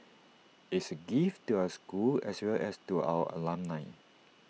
is A gift to our school as well as to our alumni